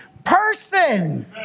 Person